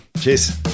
Cheers